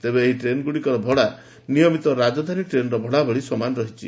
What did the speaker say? ତେବେ ଏହି ଟ୍ରେନ୍ଗୁଡ଼ିକର ଭଡ଼ା ନିୟମିତ ରାଜଧାନୀ ଟ୍ରେନ୍ର ଭଡ଼ା ଭଳି ସମାନ ରହିଛି